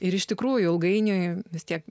ir iš tikrųjų ilgainiui vis tiek